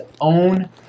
own